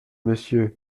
monsieur